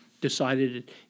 decided